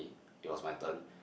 it was my turn